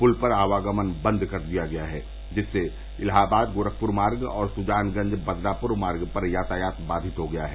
पुल पर आवागमन बंद कर दिया गया है जिससे इलाहाबाद गोरखपुर मार्ग और सुजानगंज बदलापुर मुख्य मार्ग पर यातायात बाधित हो गया है